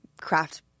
craft